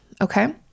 okay